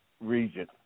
region